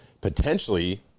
potentially